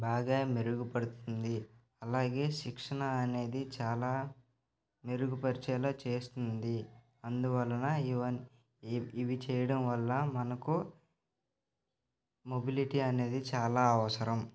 బాగా మెరుగుపడుతుంది అలాగే శిక్షణ అనేది చాలా మెరుగుపరిచేలా చేస్తుంది అందువలన ఇవన్ ఇవి చేయడం వల్ల మనకు మొబిలిటీ అనేది చాలా అవసరం